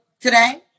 today